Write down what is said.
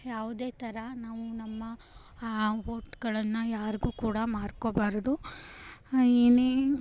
ಯಾವುದೇ ಥರ ನಾವು ನಮ್ಮ ಆ ವೋಟ್ಗಳನ್ನು ಯಾರಿಗೂ ಕೂಡ ಮಾರ್ಕೊಳ್ಬಾರದು ಏನೇ